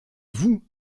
vous